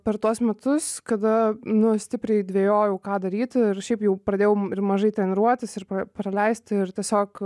per tuos metus kada nu stipriai dvejojau ką daryti ir šiaip jau pradėjau ir mažai treniruotis ir pra praleisti ir tiesiog